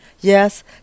Yes